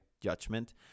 judgment